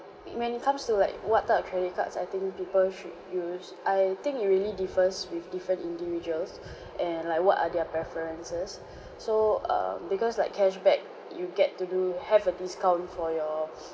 when it comes to like what type of credit cards I think people should use I think it really differs with different individuals and like what are their preferences so um because like cashback you get to do have a discount for your